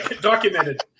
Documented